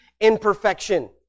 imperfection